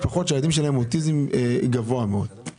הבקשה לרוויזיה לא נוגעת לביטחון אלא היא נוגעת להעברה של משרד הביטחון.